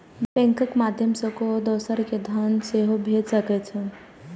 बैंकक माध्यय सं केओ दोसर कें धन सेहो भेज सकै छै